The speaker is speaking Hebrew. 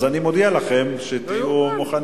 אז אני מודיע לכם, שתהיו מוכנים.